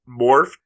morphed